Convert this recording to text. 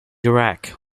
iraq